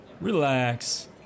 relax